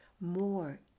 more